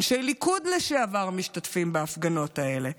אנשי ליכוד לשעבר משתתפים בהפגנות האלה,